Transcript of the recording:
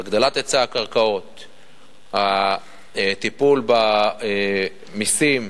הגדלת היצע הקרקעות, הטיפול במסים,